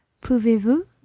Pouvez-vous